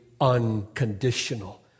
unconditional